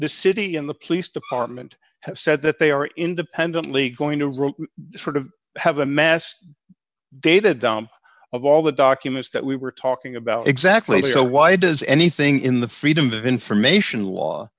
the city and the police department have said that they are independently going to roll sort of have a mass data dump of all the documents that we were talking about exactly so why does anything in the freedom of information law